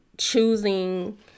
choosing